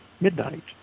midnight